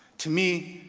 to me,